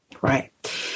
right